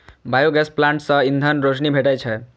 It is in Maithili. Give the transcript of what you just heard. बायोगैस प्लांट सं ईंधन, रोशनी भेटै छै